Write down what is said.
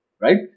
Right